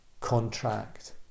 contract